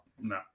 No